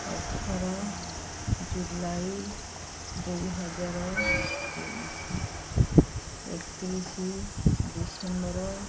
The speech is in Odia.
ଅଠର ଜୁଲାଇ ଦୁଇହଜାର ତେଇଶ ଏକତିରିଶ ଡିସେମ୍ବର